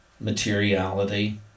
materiality